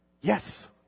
Yes